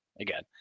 again